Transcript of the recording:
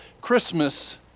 Christmas